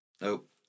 Nope